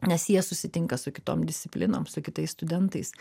nes jie susitinka su kitom disciplinom su kitais studentais